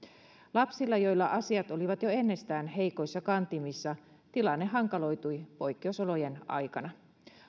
lapsilla joilla asiat olivat jo ennestään heikoissa kantimissa tilanne hankaloitui poikkeusolojen aikana